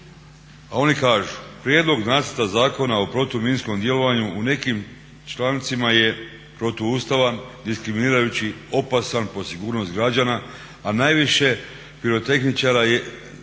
a oni kažu Prijedlog nacrta Zakona o protuminskom djelovanju u nekim člancima je protuustavan, diskriminirajući, opasan po sigurnost građana, a najviše pirotehničara jer